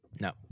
No